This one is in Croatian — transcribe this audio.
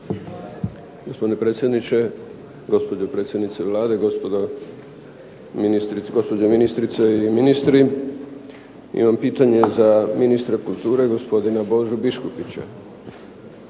Gospodine predsjedniče, gospođo predsjednice Vlade, gospođo ministrice i ministri. Imam pitanje za ministra kulture, gospodina Božu Biškupića.